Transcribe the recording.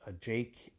Jake